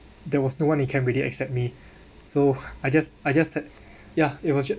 there was no one that can eat it except me so I just I just sat ya it was